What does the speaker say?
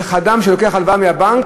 איך אדם שלוקח הלוואה מהבנק,